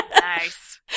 Nice